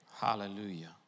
Hallelujah